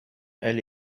elle